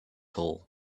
hole